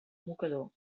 mocador